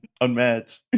Unmatched